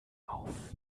auf